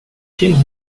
llenos